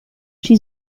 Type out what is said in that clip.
she